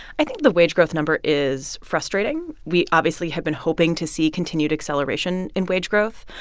i think the wage growth number is frustrating. we obviously have been hoping to see continued acceleration in wage growth.